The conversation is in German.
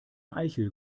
eichel